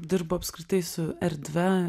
dirbu apskritai su erdve